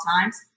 times